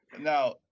Now